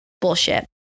bullshit